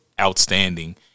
outstanding